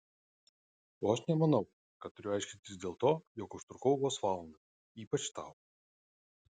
o aš nemanau kad turiu aiškintis dėl to jog užtrukau vos valandą ypač tau